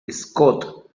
scott